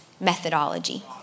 methodology